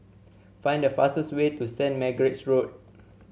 find the fastest way to Saint Margaret's Road